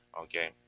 Okay